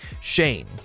Shane